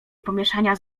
pomieszania